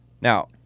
Now